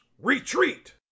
retreat